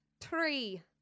three